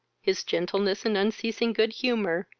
his gentleness, and unceasing good humour,